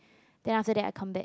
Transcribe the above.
then after that I come back